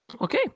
Okay